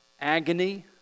agony